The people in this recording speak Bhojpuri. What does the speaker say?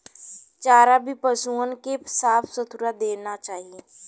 चारा भी पसुअन के साफ सुथरा देना चाही